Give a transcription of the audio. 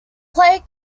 player